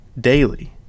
daily